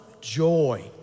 joy